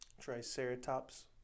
Triceratops